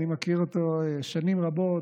אני מכיר אותו שנים רבות.